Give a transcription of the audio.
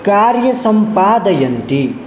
कार्यसम्पादयन्ति